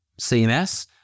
CMS